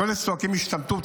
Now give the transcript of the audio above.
כל אלה שצועקים "השתמטות",